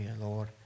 Lord